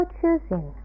choosing